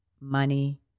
money